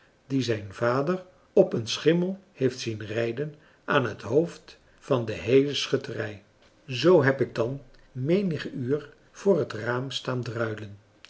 die zijn vader op een schimmel heeft zien rijden aan het hoofd van de heele schutterij zoo heb ik dan menig uur voor het raam staan druilen